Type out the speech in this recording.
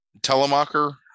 Telemacher